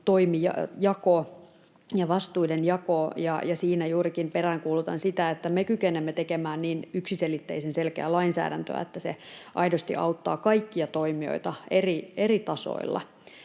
oikeusvaltiossa, ja siinä juurikin peräänkuulutan sitä, että me kykenemme tekemään niin yksiselitteisen selkeää lainsäädäntöä, että se aidosti auttaa kaikkia toimijoita eri tasoilla.